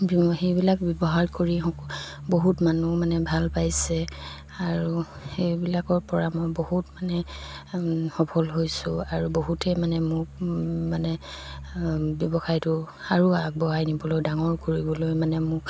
সেইবিলাক ব্যৱহাৰ কৰি বহুত মানুহ মানে ভাল পাইছে আৰু সেইবিলাকৰপৰা মই বহুত মানে সফল হৈছোঁ আৰু বহুতেই মানে মোক মানে ব্যৱসায়টো আৰু আগবঢ়াই নিবলৈ ডাঙৰ কৰিবলৈ মানে মোক